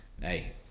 hey